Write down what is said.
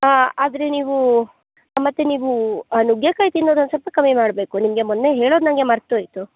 ಆದರೆ ನೀವು ಮತ್ತೆ ನೀವು ನುಗ್ಗೆಕಾಯಿ ತಿನ್ನೋದು ಒಂದು ಸ್ವಲ್ಪ ಕಮ್ಮಿ ಮಾಡಬೇಕು ನಿಮಗೆ ಮೊನ್ನೆ ಹೇಳೋದು ನನಗೆ ಮರೆತೋಯ್ತು